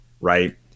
Right